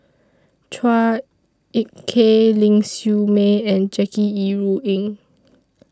Chua Ek Kay Ling Siew May and Jackie Yi Ru Ying